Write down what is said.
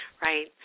Right